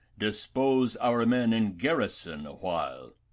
dispose our men in garrison a while.